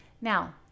Now